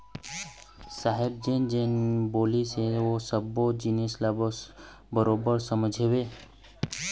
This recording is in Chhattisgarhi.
साहेब जेन जेन बोलिस ओ सब्बो जिनिस ल बरोबर समझेंव